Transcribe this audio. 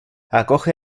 acoge